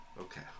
Okay